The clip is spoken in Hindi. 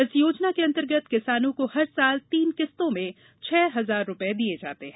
इस योजना के अंतर्गत किसानों को हर साल तीन किस्तों में छह हजार रुपये दिए जाते हैं